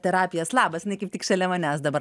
terapijas labas kaip tik šalia manęs dabar